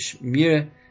Mir